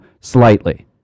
slightly